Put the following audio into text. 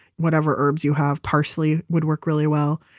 whatever herbs you have. parsley would work really well.